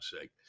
sake